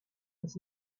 was